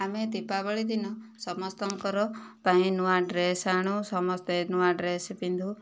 ଆମେ ଦୀପାବଳି ଦିନ ସମସ୍ତଙ୍କର ପାଇଁ ନୂଆ ଡ୍ରେସ ଆଣୁ ସମସ୍ତେ ନୂଆ ଡ୍ରେସ ପିନ୍ଧୁ